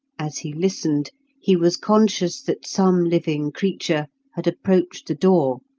as he listened he was conscious that some living creature had approached the door,